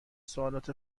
سوالات